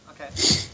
Okay